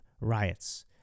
riots